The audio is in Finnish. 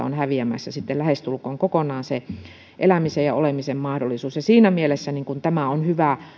on häviämässä lähestulkoon kokonaan elämisen ja olemisen mahdollisuus siinä mielessä tämä on hyvä